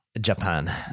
Japan